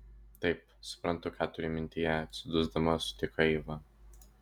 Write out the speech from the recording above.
taip suprantu ką turi mintyje atsidusdama sutiko eiva